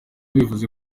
bivuze